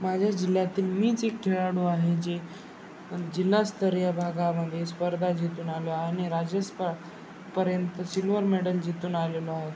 माझ्या जिल्ह्यातील मीच एक खेळाडू आहे जे जिल्हास्तरीय भागामध्ये स्पर्धा जितून आलो आहे आणि राजेस्पपर्यंत सिल्वर मेडल जितून आलेलो आहे